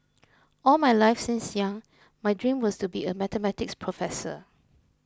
all my life since young my dream was to be a Mathematics professor